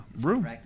room